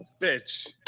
bitch